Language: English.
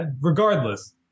regardless